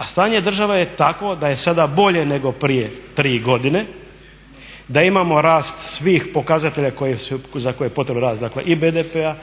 a stanje države je takvo da je sada bolje nego prije 3 godine, da imamo rast svih pokazatelja za koje je potreban rast i BDP-a